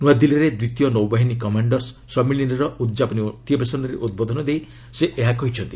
ନୂଆଦିଲ୍ଲୀରେ ଦ୍ୱିତୀୟ ନୌବାହିନୀ କମାଣ୍ଡର୍ସ ସମ୍ମିଳନୀର ଉଦ୍ଯାପନୀ ଅଧିବେଶନରେ ଉଦ୍ବୋଧନ ଦେଇ ସେ ଏହା କହିଛନ୍ତି